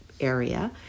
area